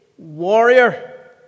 Warrior